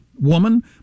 woman